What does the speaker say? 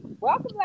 Welcome